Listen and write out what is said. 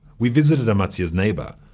we visited amatzia's neighbor,